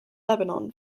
lebanon